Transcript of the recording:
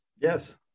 Yes